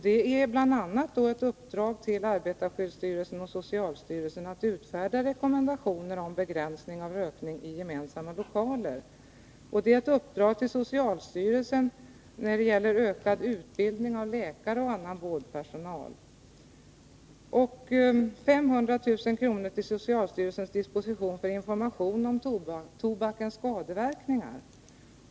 Det är bl.a. ett uppdrag till arbetarskyddsstyrelsen och socialstyrelsen att utfärda rekommendationer om begränsning av rökningen i gemensamma lokaler, ett uppdrag till socialstyrelsen beträffande ökad utbildning av läkare och annan vårdpersonal samt medel på 500 000 kr. till socialstyrelsens disposition för information om tobakens skadeverkningar.